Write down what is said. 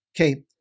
Okay